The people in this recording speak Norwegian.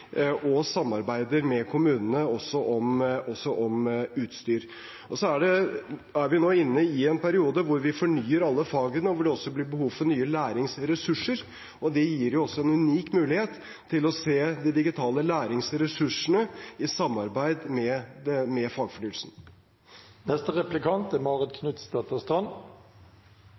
og samarbeider med kommunene om utstyr. Vi er nå inne i en periode hvor vi fornyer alle fagene, og hvor det også vil bli behov for nye læringsressurser. Det gir også en unik mulighet til å se de digitale læringsressursene i sammenheng med fagfornyelsen. En samlet barnehagesektor, med både kommunale og private barnehager, er